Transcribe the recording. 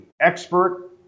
expert